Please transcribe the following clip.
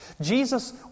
Jesus